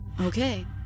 okay